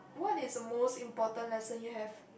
what is the most important lesson you have